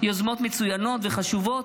יוזמות מצוינות וחשובות,